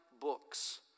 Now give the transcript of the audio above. books